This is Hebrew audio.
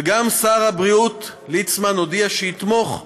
וגם שר הבריאות ליצמן הודיע שיתמוך במהלך,